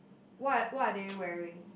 what what are they wearing